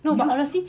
no but honestly